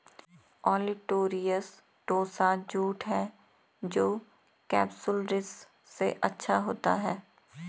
olitorius tossa jute है जो capsularis से अच्छा होता है